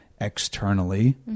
externally